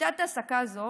שיטת העסקה זו